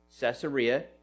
Caesarea